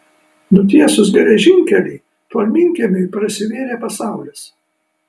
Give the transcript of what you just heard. nutiesus geležinkelį tolminkiemiui prasivėrė pasaulis